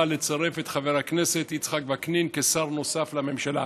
לצרף את חבר הכנסת יצחק וקנין כשר נוסף לממשלה.